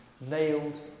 nailed